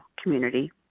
community